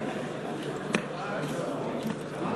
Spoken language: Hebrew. חברתי לסיעה.